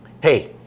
hey